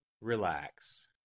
Relax